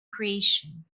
creation